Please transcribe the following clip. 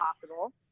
possible